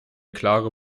klare